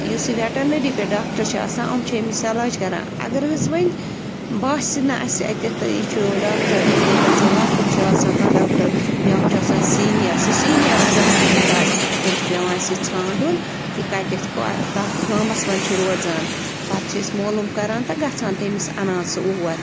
یُس یہِ وٮ۪ٹَنٔری پٮ۪ٹھ ڈاکٹَر چھِ آسان یِم چھِ أمِس علاج کَران اَگر حظ وۄنۍ باسہِ نَہ اَسہِ اَتٮ۪تھ یہِ چھُ ڈاکٹَر مان تہٕ ژٕ لۄکُٹ چھُ آسان کانٛہہ ڈاکٹَر بیٛاکھ چھُ آسان سیٖنیَر سُہ سیٖنیَر اَگر نہٕ اَتٮ۪تھ آسہِ تیٚلہِ چھُ پٮ۪وان اَسہِ یہِ ژھانٛڈُن یہِ کَتٮ۪تھ کَتھ گامَس منٛز چھُ روزان پَتہٕ چھِ أسۍ مولوٗم کَران تہٕ گژھان تٔمِس اَنان سُہ اور